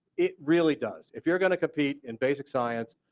it really does. if you are going to compete in basic science,